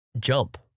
jump